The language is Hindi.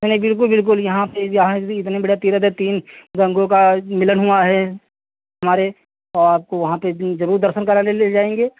नहीं नहीं बिल्कुल बिल्कुल यहाँ पर यहाँ आज भी इतने बढ़िया तीर्थ है तीन गंगो का मिलन हुआ है हमारे तो आपको वहाँ पर भी ज़रूर दर्शन कराने ले जाएंगे